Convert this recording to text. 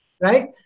Right